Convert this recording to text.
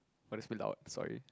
gotta speak loud sorry